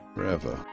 Forever